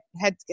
head